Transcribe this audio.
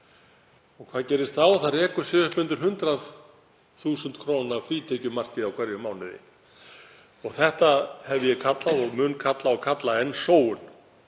Og hvað gerist þá? Það rekur sig upp undir 100.000 kr. frítekjumarkið í hverjum mánuði. Þetta hef ég kallað og mun kalla og kalla enn sóun.